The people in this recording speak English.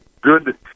good